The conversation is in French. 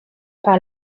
par